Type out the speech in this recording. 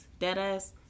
deadass